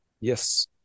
yes